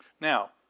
Now